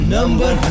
Number